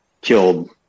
killed